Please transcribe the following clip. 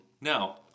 Now